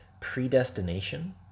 predestination